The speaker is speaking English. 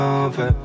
over